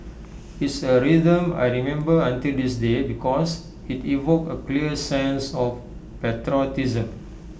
it's A rhythm I remember until this day because IT evoked A clear sense of patriotism